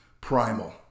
primal